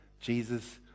jesus